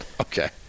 okay